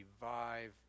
revive